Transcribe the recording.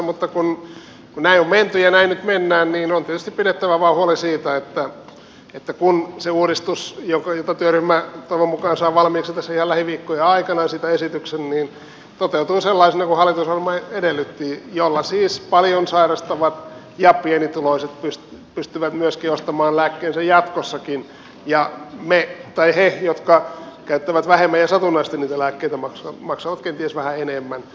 mutta kun näin on menty ja näin nyt mennään niin on tietysti vain pidettävä huoli siitä että se uudistus josta työryhmä toivon mukaan saa valmiiksi tässä ihan lähiviikkojen aikana esityksen toteutuu sellaisena kuin hallitusohjelma edellytti siis paljon sairastavat ja pienituloiset pystyvät myöskin ostamaan lääkkeensä jatkossakin ja ne jotka käyttävät vähemmän ja satunnaisesti niitä lääkkeitä maksavat kenties vähän enemmän